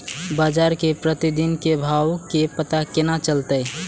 बजार के प्रतिदिन के भाव के पता केना चलते?